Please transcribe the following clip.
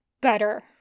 better